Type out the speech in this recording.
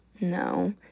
No